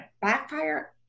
backfire